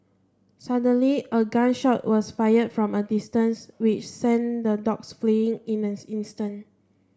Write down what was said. suddenly a gun shot was fired from a distance which sent the dogs fleeing in an instant